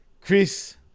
Chris